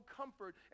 comfort